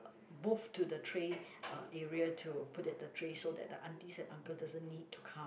move to the tray uh area to put that the tray so that the aunties and uncle doesn't need to come